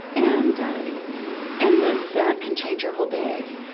and and that that can change your whole day